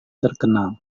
terkenal